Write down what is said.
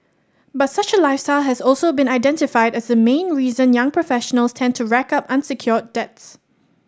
but such a lifestyle has also been identified as the main reason young professionals tend to rack up unsecured debts